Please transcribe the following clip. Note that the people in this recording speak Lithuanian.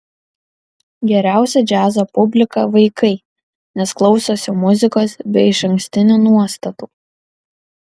geriausia džiazo publika vaikai nes klausosi muzikos be išankstinių nuostatų